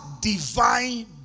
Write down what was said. divine